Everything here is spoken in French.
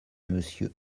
monsieur